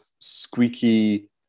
squeaky